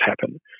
happen